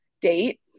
date